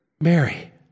Mary